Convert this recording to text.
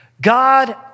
God